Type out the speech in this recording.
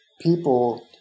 people